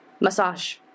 massage